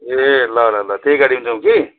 ए ल ल ल त्यही गाडीमा जाऔँ कि